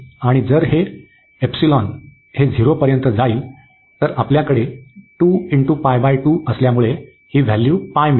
आणि जर हे हे 0 पर्यंत जाईल तर आपल्याकडे असल्यामुळे ही व्हॅल्यू मिळेल